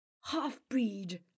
half-breed